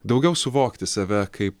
daugiau suvokti save kaip